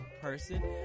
person